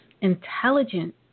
intelligent